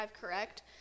correct